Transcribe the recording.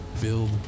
Build